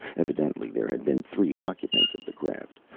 evidently there had been three occupants of the craft.